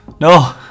No